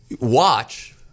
watch